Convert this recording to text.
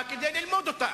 כדי ללמוד אותה,